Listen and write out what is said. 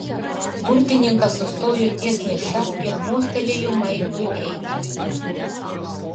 burtininkas sustojo ties niša ir mostelėjo maiklui eiti vidun